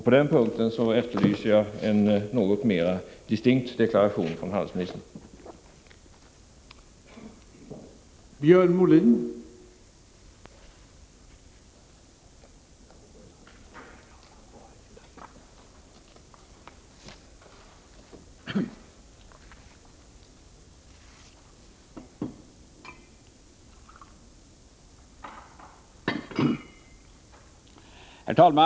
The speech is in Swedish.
På den punkten efterlyser jag som sagt en något mer distinkt deklaration från utrikeshandelsministern.